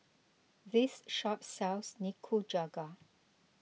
this shop sells Nikujaga